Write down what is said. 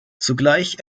zugleich